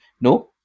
No